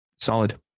solid